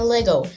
Lego